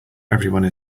everyone